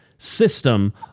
system